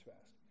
fast